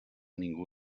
ningú